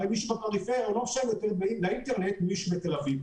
הרי מי שבפריפריה לא משלם יותר לאינטרנט ממישהו בתל אביב.